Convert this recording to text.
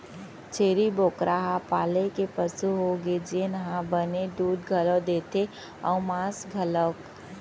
छेरी बोकरा ह पाले के पसु होगे जेन ह बने दूद घलौ देथे अउ मांस घलौक